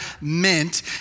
meant